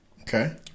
Okay